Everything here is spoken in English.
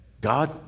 God